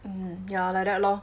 mm yeah like that lor